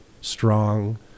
strong